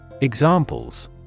Examples